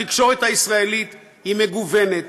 התקשורת הישראלית היא מגוונת,